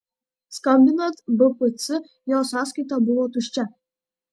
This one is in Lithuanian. skambinant bpc jos sąskaita buvo tuščia